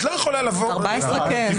את לא יכולה לבוא --- ב-14 כן.